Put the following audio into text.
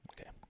Okay